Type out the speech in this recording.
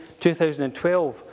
2012